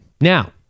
Now